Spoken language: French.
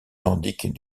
nordique